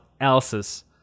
else's